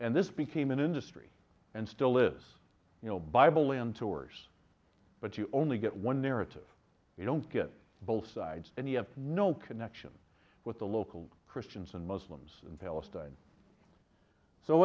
and this became an industry and still is you know bibleland tours but you only get one narrative you don't get both sides and you have no connection with the local christians and muslims in palestine so